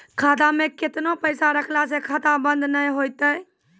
खाता मे केतना पैसा रखला से खाता बंद नैय होय तै?